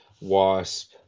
wasp